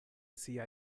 sia